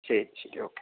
ശരി ശരി ഓക്കേ